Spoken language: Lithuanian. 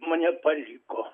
mane paliko